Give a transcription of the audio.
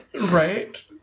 Right